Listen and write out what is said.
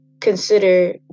consider